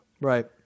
Right